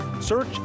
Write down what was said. Search